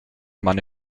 meine